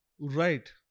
Right